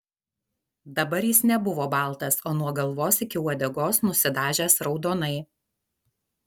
dabar jis nebuvo baltas o nuo galvos iki uodegos nusidažęs raudonai